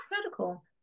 critical